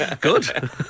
good